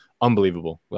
unbelievable